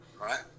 Right